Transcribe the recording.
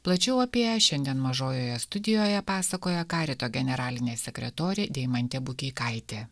plačiau apie ją šiandien mažojoje studijoje pasakoja karito generalinė sekretorė deimantė bukeikaitė